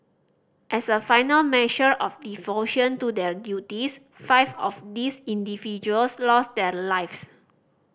as a final measure of devotion to their duties five of these individuals lost their lives